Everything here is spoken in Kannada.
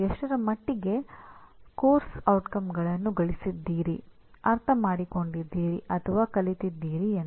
ನೀವು ಎಷ್ಟರ ಮಟ್ಟಿಗೆ ಪಠ್ಯಕ್ರಮದ ಪರಿಣಾಮಗಳನ್ನು ಗಳಿಸಿದ್ದೀರಿ ಅರ್ಥಮಾಡಿಕೊಂಡಿದ್ದೀರಿ ಅಥವಾ ಕಲಿತಿದ್ದೀರಿ ಎಂದು